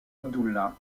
abdullah